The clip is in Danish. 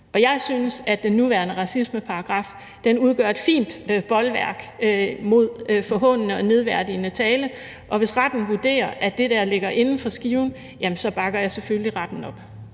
Jeg synes, at den nuværende racismeparagraf udgør et fint bolværk mod forhånende og nedværdigende tale, og hvis retten vurderer, at det ligger inden for skiven, jamen så bakker jeg selvfølgelig retten op.